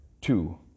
two